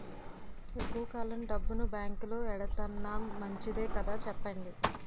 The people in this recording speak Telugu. ఎక్కువ కాలం డబ్బును బాంకులో ఎడతన్నాం మంచిదే కదా చెప్పండి